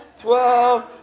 twelve